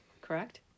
correct